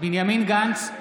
בנימין גנץ,